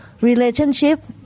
relationship